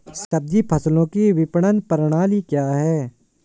सब्जी फसलों की विपणन प्रणाली क्या है?